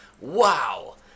Wow